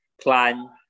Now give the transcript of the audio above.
plan